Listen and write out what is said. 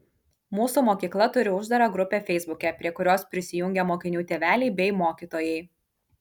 mūsų mokykla turi uždarą grupę feisbuke prie kurios prisijungę mokinių tėveliai bei mokytojai